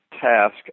task